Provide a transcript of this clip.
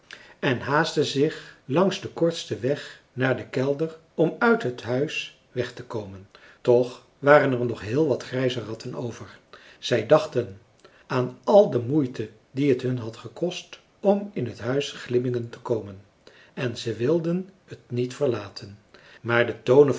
en haastten zich langs den kortsten weg naar den kelder om uit het huis weg te komen toch waren er nog heel wat grijze ratten over zij dachten aan al de moeite die t hun had gekost om in het huis glimmingen te komen en ze wilden t niet verlaten maar de tonen